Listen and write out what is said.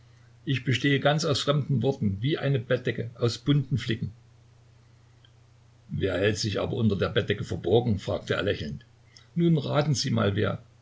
ich bestehe ganz aus fremden worten wie eine bettdecke aus bunten flicken wer hält sich aber unter der bettdecke verborgen fragte er lächelnd nun raten sie mal wer